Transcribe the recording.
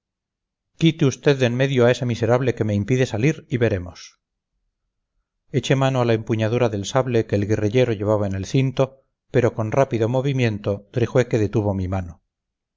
quite usted de en medio a ese miserable que me impide salir y veremos eché mano a la empuñadura del sable que el guerrillero llevaba en el cinto pero con rápido movimiento trijueque detuvo mi mano